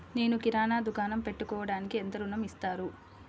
నేను కిరాణా దుకాణం పెట్టుకోడానికి ఎంత ఋణం ఇస్తారు?